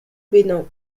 bénin